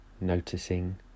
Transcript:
noticing